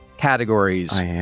Categories